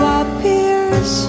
appears